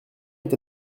est